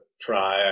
try